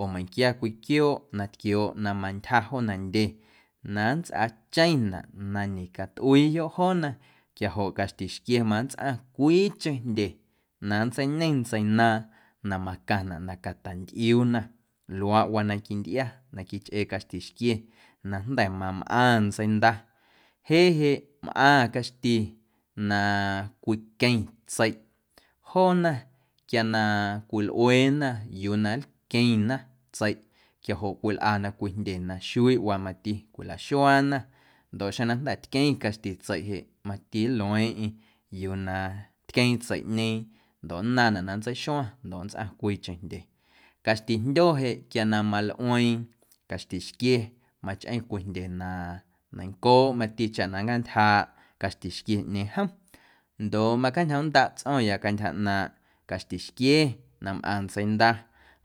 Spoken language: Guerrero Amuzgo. Oo meiⁿnquia cwii quiooꞌ na tquiooꞌ na mantyja joo nandye na nnsꞌaacheⁿnaꞌ na ñecatꞌuiiyoꞌ joona quiajoꞌ caxtixquie ma nntsꞌaⁿ cwiicheⁿ jndye na nntseiñe ntseinaaⁿ na macaⁿnaꞌ na catantꞌiuuna luaaꞌwaa na quintꞌia na quichꞌee caxtixquie na jnda̱ mamꞌaⁿ ntseinda, jeꞌ jeꞌ mꞌaⁿ caxti na cwiqueⁿ tseiꞌ joona quia na cwilꞌueena yuu na nlqueⁿna tseiꞌ quiajoꞌ cwilꞌana cwii jndye na xuiiꞌwaa mati cwilaxuaana ndoꞌ xeⁿ na jnda̱ tqueⁿ caxti tseiꞌ jeꞌ mati nlueeⁿꞌeⁿ yuu na tqueeⁿ tseiꞌñeeⁿ ndoꞌ nnaⁿnaꞌ na nntseixuaⁿ ndoꞌ nntsꞌaⁿ cwiicheⁿ jndye, caxtijndyo jeꞌ quia na malꞌueeⁿ caxtixquie mati machꞌeⁿ cwii jndye na neiⁿncooꞌ mati chaꞌ na nncjaantyjaaꞌ caxtixquieꞌñeeⁿ jom ndoꞌ macañjoomꞌndaꞌ tsꞌo̱ⁿya cantyja ꞌnaaⁿꞌ caxtixquie na mꞌaⁿ ntseinda